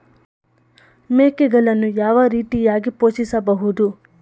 ಮೇಕೆಗಳನ್ನು ಯಾವ ರೀತಿಯಾಗಿ ಪೋಷಿಸಬಹುದು?